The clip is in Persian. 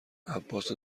عباس